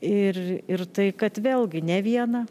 ir ir tai kad vėlgi ne viena prašysiu prisistatyti ir jūsų